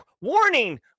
warning